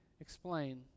explain